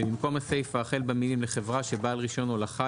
ובמקום הסיפה החל במילים "לחברה שבעל רישיון הולכה"